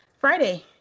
Friday